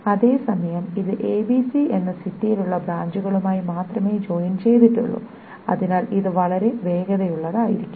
അതെ സമയം ഇത് ABC എന്ന സിറ്റിയിൽ ഉള്ള ബ്രാഞ്ചുകളുമായി മാത്രമേ ജോയിൻ ചെയ്തിട്ടുള്ളു അതിനാൽ ഇത് വളരെ വേഗതയുള്ളതായിരിക്കും